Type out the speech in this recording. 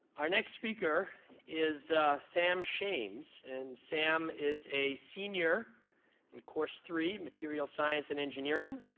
our next speaker is sam shames. and sam is a senior in course three materials science and engineering,